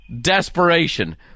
desperation